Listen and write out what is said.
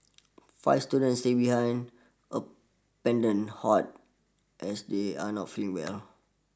five students stay behind a Pendant Hut as they are not feeling well